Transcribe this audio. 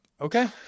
Okay